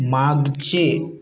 मागचे